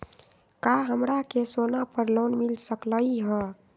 का हमरा के सोना पर लोन मिल सकलई ह?